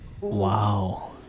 Wow